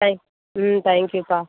thank ம் thank யூப்பா